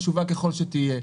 חשובה ככל שתהיה.